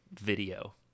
video